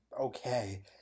okay